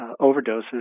overdoses